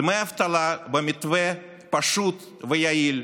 דמי אבטלה במתווה פשוט ויעיל,